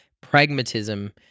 pragmatism